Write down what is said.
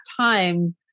time